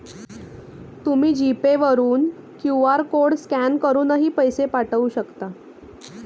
तुम्ही G Pay वरून QR code scan करूनही पैसे पाठवू शकता